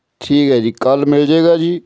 ਠੀਕ ਹੈ ਜੀ ਕੱਲ ਮਿਲ ਜਾਏਗਾ ਜੀ